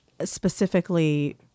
specifically